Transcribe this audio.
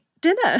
dinner